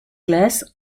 glass